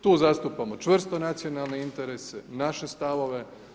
Tu zastupamo čvrsto nacionalne interese, naše stavove.